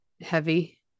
Heavy